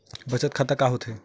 बचत खाता का होथे?